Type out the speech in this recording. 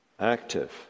active